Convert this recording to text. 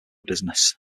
business